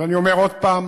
אבל אני אומר עוד פעם,